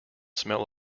smell